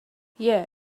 yeah